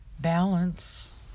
balance